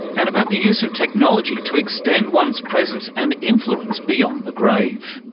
and about the use of technology to extend one's presence and influence beyond the grave.